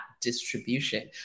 distribution